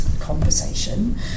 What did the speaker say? conversation